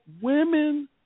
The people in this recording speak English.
Women